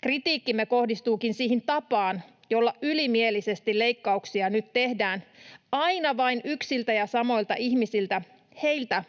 Kritiikkimme kohdistuukin siihen tapaan, jolla ylimielisesti leikkauksia nyt tehdään aina vain yksiltä ja samoilta ihmisiltä, heiltä,